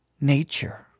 nature